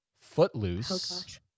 Footloose